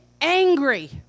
angry